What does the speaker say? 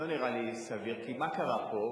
לא נראה לי סביר, כי מה קרה פה?